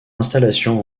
installation